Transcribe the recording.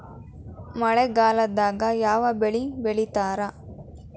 ಮಳೆಗಾಲದಾಗ ಯಾವ ಬೆಳಿ ಬೆಳಿತಾರ?